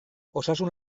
osasun